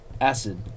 acid